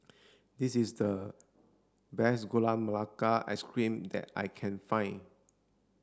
this is the best gula melaka ice cream that I can find